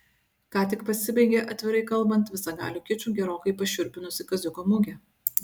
ką tik pasibaigė atvirai kalbant visagaliu kiču gerokai pašiurpinusi kaziuko mugė